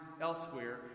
elsewhere